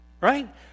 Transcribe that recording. right